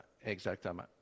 exactement